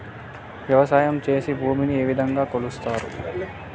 వ్యవసాయం చేసి భూమిని ఏ విధంగా కొలుస్తారు?